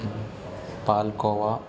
palkova